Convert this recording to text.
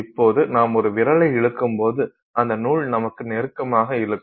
இப்போது நாம் ஒரு விரலை இழுக்கும்போது அந்த நூல் நமக்கு நெருக்கமாக இழுக்கும்